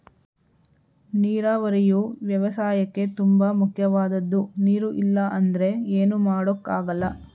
ನೀರಾವರಿಯು ವ್ಯವಸಾಯಕ್ಕೇ ತುಂಬ ಮುಖ್ಯವಾದದ್ದು ನೀರು ಇಲ್ಲ ಅಂದ್ರೆ ಏನು ಮಾಡೋಕ್ ಆಗಲ್ಲ